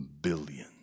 billion